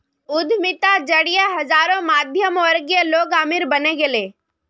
उद्यमिता जरिए हजारों मध्यमवर्गीय लोग अमीर बने गेले